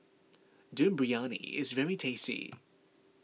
Dum Briyani is very tasty